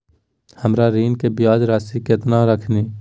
हमर ऋण के ब्याज रासी केतना हखिन?